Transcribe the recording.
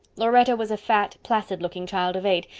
lauretta was a fat, placid-looking child of eight,